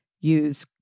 Use